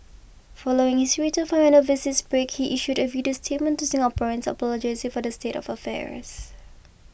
following his return from an overseas break he issued a video statement to Singaporeans apologising for the state of affairs